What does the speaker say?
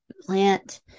plant